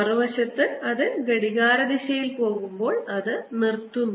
മറുവശത്ത് അത് ഘടികാരദിശയിൽ പോകുമ്പോൾ അത് നിർത്തുന്നു